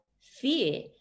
fear